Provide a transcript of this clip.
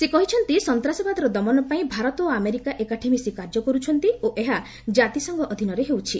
ସେ କହିଛନ୍ତି ସନ୍ତାସବାଦର ଦମନ ପାଇଁ ଭାରତ ଓ ଆମେରିକା ଏକାଠି ମିଶି କାର୍ଯ୍ୟ କରୁଛନ୍ତି ଓ ଏହା ଜାତିସଂଘ ଅଧୀନରେ ହେଉଛି